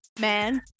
man